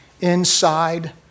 inside